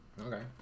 Okay